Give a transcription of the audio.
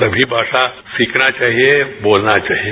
सभी भाषा सीखना चाहिए बोलना चाहिए